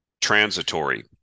transitory